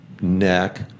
neck